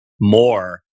more